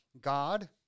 God